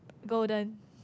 golden